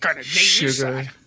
Sugar